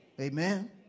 Amen